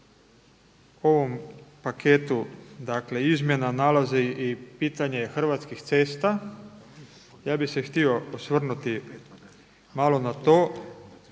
ovom paketu dakle izmjene nalazi i pitanje Hrvatskih cesta. Ja bih se htio osvrnuti malo na to,